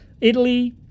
Italy